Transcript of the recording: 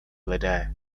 lidé